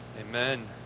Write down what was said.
Amen